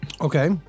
Okay